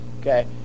Okay